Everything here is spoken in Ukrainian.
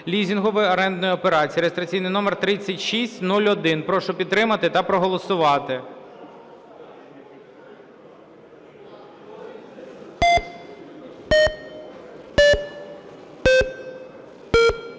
лізингової (орендної) операції (реєстраційний номер 3601). Прошу підтримати та проголосувати.